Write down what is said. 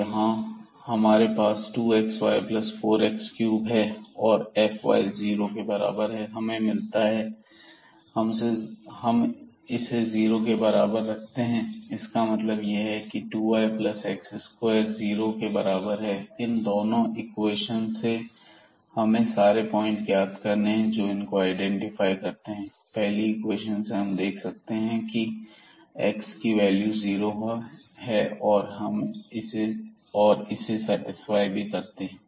तो यहां से हमारे पास 2xy4x3 है और fyजीरो के बराबर है यह हमें मिलता है और हम से जीरो के बराबर रखते हैं इसका मतलब यह है की 2yx2 जीरो के बराबर है इन दोनों इक्वेशन से हमें सारे पॉइंट ज्ञात करने हैं जो इनको सेटिस्फाई करते हैं पहली इक्वेशन से हम देख सकते हैं की x की वैल्यू जीरो है और यह इसे इस पर सेटिस्फाई भी करता है